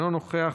אינו נוכח,